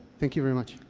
thank you very much.